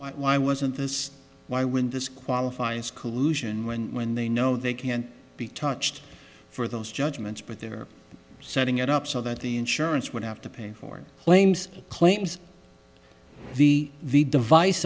why wasn't this why when this qualifies collusion when when they know they can't be touched for those judgments but they're setting it up so that the insurance would have to pay for claims claims the the device